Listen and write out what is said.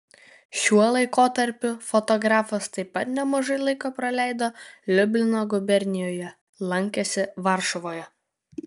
šiuo laikotarpiu fotografas taip pat nemažai laiko praleido liublino gubernijoje lankėsi varšuvoje